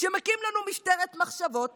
שמקים לנו משטרת מחשבות